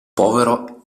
povero